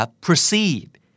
proceed